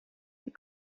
die